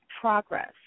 progress